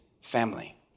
family